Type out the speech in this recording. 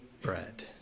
bread